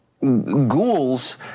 ghouls